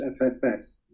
FFS